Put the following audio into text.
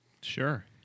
Sure